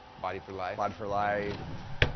body for life. body for life,